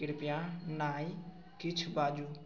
कृपया नहि किछु बाजू